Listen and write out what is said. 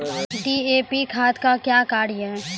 DAP खाद का क्या कार्य हैं?